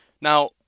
Now